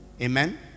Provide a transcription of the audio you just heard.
Amen